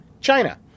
China